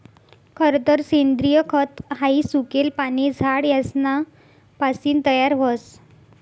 खरतर सेंद्रिय खत हाई सुकेल पाने, झाड यासना पासीन तयार व्हस